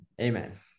Amen